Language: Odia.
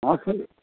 ହଁ ସେଇ